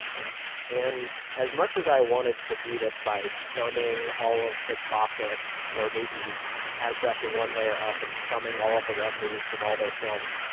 yeah and as much as i wanted to do this by summing all of the profits or maybe abstracting one layer up and summing all of the revenues from all their films,